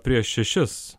prieš šešis